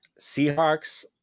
Seahawks